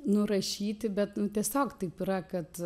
nurašyti bet nu tiesiog taip yra kad